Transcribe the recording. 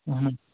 اَہَن